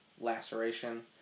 laceration